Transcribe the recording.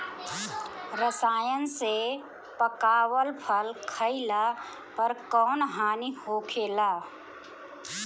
रसायन से पकावल फल खइला पर कौन हानि होखेला?